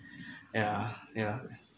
yeah yeah